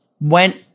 went